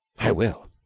i will.